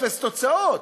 אפס תוצאות.